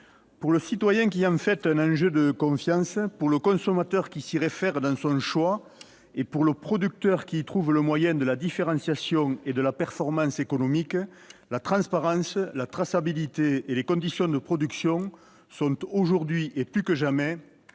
pour le citoyen qui en fait un enjeu de confiance, pour le consommateur qui s'y réfère dans son choix et pour le producteur qui y trouve le moyen de la différenciation et de la performance économique, la transparence, la traçabilité et les conditions de production sont aujourd'hui et plus que jamais